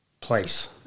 place